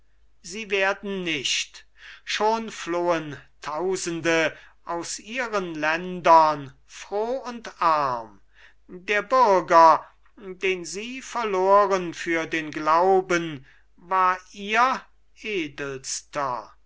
sie werden nicht schon flohen tausende aus ihren ländern froh und arm der bürger den sie verloren für den glauben war ihr edelster